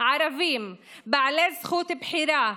ערבים בעלי זכות בחירה,